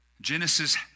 Genesis